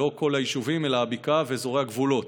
לא כל היישובים אלא הבקעה ואזורי הגבולות.